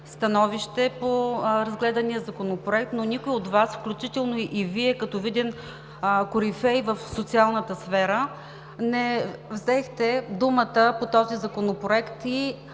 становище по разглеждания Законопроект, но никой от Вас, включително и Вие като виден корифей в социалната сфера, не взехте думата по този законопроект и